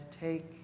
take